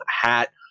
hat